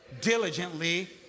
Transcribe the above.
Diligently